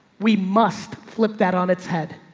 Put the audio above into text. we must flip that on its head.